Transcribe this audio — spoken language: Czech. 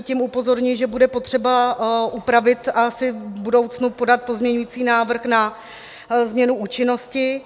Tím upozorňuji, že bude potřeba upravit a asi v budoucnu podat pozměňující návrh na změnu účinnosti.